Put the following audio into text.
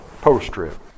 post-trip